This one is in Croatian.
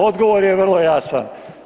Odgovor je vrlo jasan.